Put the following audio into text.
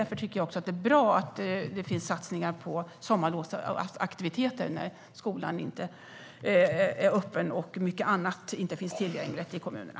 Därför är det bra att det finns satsningar på sommarlovsaktiviteter, när skolan inte är öppen och mycket annat inte finns tillgängligt i kommunerna.